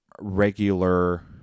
regular